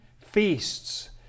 feasts